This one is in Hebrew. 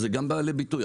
אז זה גם בא לידי ביטוי.